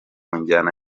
njyana